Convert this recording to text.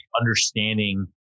understanding